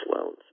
loans